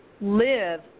live